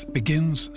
begins